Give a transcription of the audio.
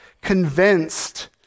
convinced